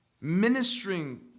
Ministering